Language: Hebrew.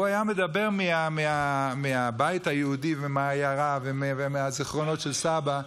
הוא היה מדבר מהבית היהודי ומהעיירה ומהזיכרונות של סבא.